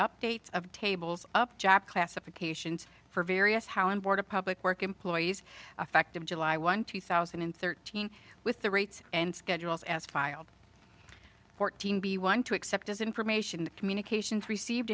updates of tables up job classifications for various how and board of public work employees effective july one two thousand and thirteen with the rates and schedules as filed fourteen b one to accept as information communications received